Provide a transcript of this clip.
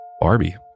Barbie